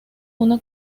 una